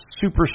super